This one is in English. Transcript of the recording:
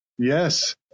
Yes